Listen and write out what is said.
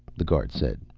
the guard said.